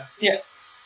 Yes